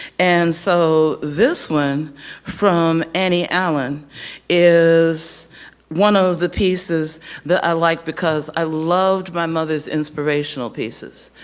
and so, this one from annie allen is one of the pieces that i like because i loved my mother's inspirational pieces.